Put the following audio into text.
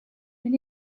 and